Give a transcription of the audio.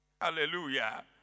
Hallelujah